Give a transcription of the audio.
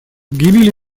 гибели